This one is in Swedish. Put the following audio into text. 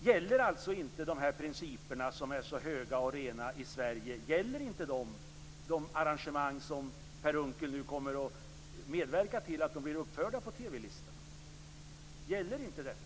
Gäller alltså inte de här principerna, som är så höga och rena i Sverige, de arrangemang som Per Unckel nu kommer att medverka till att de blir uppförda på TV-listan? Gäller inte detta?